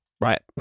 right